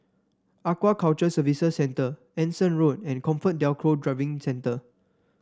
Aquaculture Services Centre Anson Road and ComfortDelGro Driving Centre